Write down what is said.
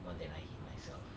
more than I hate myself